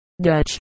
Dutch